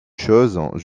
chose